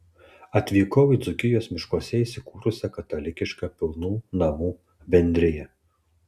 atvykau į dzūkijos miškuose įsikūrusią katalikišką pilnų namų bendriją